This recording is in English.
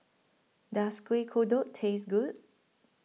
Does Kueh Kodok Taste Good